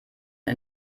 und